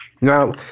Now